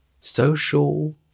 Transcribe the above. social